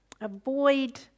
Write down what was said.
Avoid